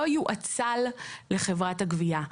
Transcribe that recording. לא יואצל לחברת הגבייה.